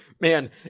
man